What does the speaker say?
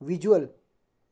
visual